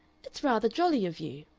it's rather jolly of you,